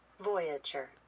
Voyager